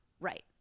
Right